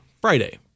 Friday